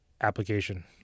application